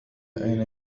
أين